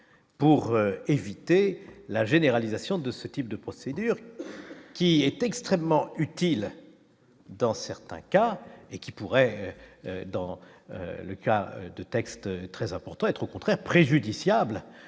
pour éviter la généralisation de ce type de procédure qui est extrêmement utile dans certains cas et qui pourrait, dans le cas de textes très importants, être au contraire préjudiciable